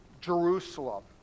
Jerusalem